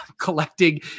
collecting